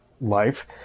life